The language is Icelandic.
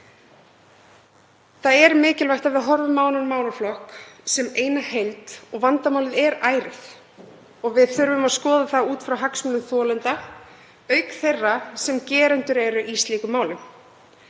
Það er mikilvægt að við horfum á þennan málaflokk sem eina heild. Vandamálið er ærið og við þurfum að skoða það út frá hagsmunum þolenda auk þeirra sem eru gerendur í slíkum málum.